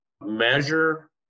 measure